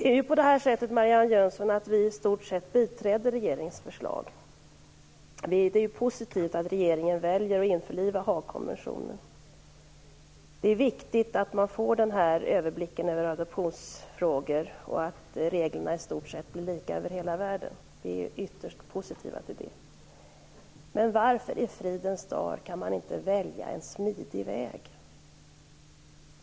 Fru talman! Vi biträder i stort sett regeringens förslag, Marianne Jönsson. Det är positivt att regeringen väljer att införliva Haagkonventionen. Det är viktigt att man får den här överblicken över adoptionsfrågor och att reglerna blir i stort sett lika över hela världen. Det är vi ytterst positiva till. Men varför i fridens dagar kan man inte välja en smidig väg?